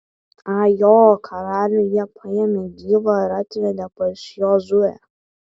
ajo karalių jie paėmė gyvą ir atvedė pas jozuę